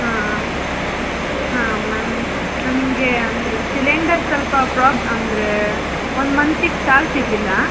ಹಾಂ ಹಾಂ ಮ್ಯಾಮ್ ನನಗೆ ಅಂದರೆ ಸಿಲಿಂಡರ್ ಸ್ವಲ್ಪ ಪ್ರೋಬ್ ಅಂದರೆ ಒಂದು ಮಂತಿಗೆ ಸಾಲ್ತಿರಲಿಲ್ಲ